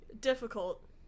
difficult